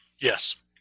Yes